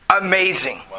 amazing